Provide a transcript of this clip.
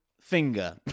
finger